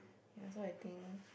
yea so I think